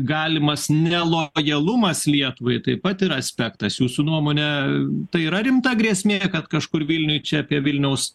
galimas nelojalumas lietuvai taip pat yra aspektas jūsų nuomone tai yra rimta grėsmė kad kažkur vilniuj čia apie vilniaus